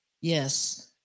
Yes